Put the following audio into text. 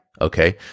okay